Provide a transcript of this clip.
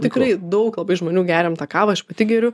tikrai daug labai žmonių geriam tą kavą aš pati geriu